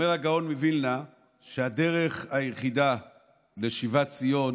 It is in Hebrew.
אומר הגאון מווילנה שהדרך היחידה לשיבת ציון